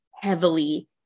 heavily